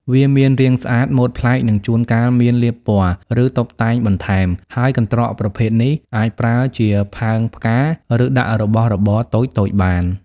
វាមានរាងស្អាត ម៉ូដប្លែក និងជួនកាលមានលាបពណ៌ ឬតុបតែងបន្ថែម ហើយកន្ត្រកប្រភេទនេះអាចប្រើជាផើងផ្កា ឬដាក់របស់របរតូចៗបាន។